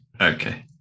Okay